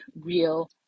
real